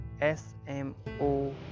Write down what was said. SMO